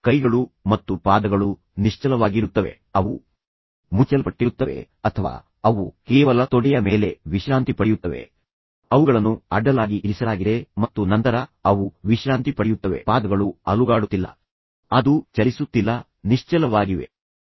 ಕೈಗಳು ಮತ್ತು ಪಾದಗಳು ನಿಶ್ಚಲವಾಗಿರುತ್ತವೆ ಆದ್ದರಿಂದ ಅವು ಮುಚ್ಚಲ್ಪಟ್ಟಿರುತ್ತವೆ ಅಥವಾ ಅವು ಕೇವಲ ತೊಡೆಯ ಮೇಲೆ ವಿಶ್ರಾಂತಿ ಪಡೆಯುತ್ತವೆ ಅವುಗಳನ್ನು ಅಡ್ಡಲಾಗಿ ಇರಿಸಲಾಗಿದೆ ಮತ್ತು ನಂತರ ಅವು ವಿಶ್ರಾಂತಿ ಪಡೆಯುತ್ತವೆ ಪಾದಗಳು ಅಲುಗಾಡುತ್ತಿಲ್ಲ ಅದು ಚಲಿಸುತ್ತಿಲ್ಲ ಅವು ನಿಶ್ಚಲವಾಗಿವೆ ಅವು ಇಲ್ಲಿವೆ